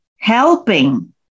helping